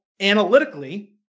analytically